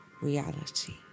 reality